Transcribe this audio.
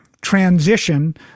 transition